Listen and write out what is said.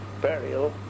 burial